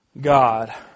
God